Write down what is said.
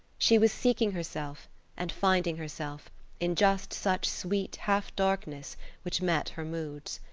she was seeking herself and finding herself in just such sweet, half-darkness which met her moods.